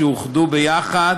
הן אוחדו ביחד